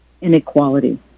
inequality